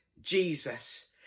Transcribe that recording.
Jesus